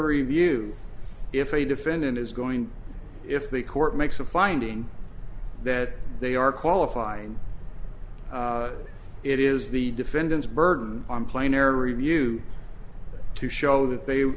review if a defendant is going if the court makes a finding that they are qualified it is the defendant's burden on plane or review to show that they